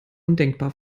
undenkbar